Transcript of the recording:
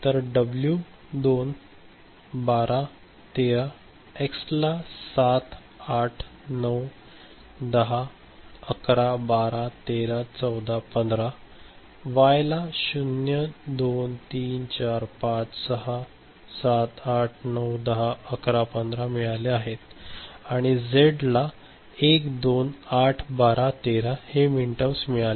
तर डब्ल्यूला 2 12 13 एक्सला 7 8 9 10 11 12 13 14 15 वाय ला 0 2 3 4 5 6 7 89 10 11 15 मिळाले आहेत आणि झेडला 1 2 8 12 13 हे मिनटर्म्स मिळाले आहेत